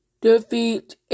Defeat